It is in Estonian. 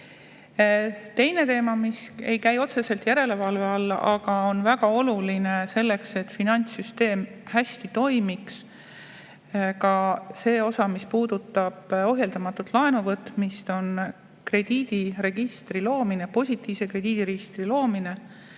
Teine teema, mis ei käi otseselt järelevalve alla, aga on väga oluline selleks, et finantssüsteem hästi toimiks, ka see osa, mis puudutab ohjeldamatult laenu võtmist, on positiivse krediidiregistri loomine.